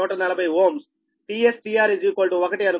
tS tR 1 అనుకోండి